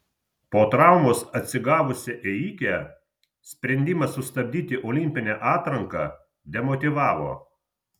po traumos atsigavusią ėjikę sprendimas sustabdyti olimpinę atranką demotyvavo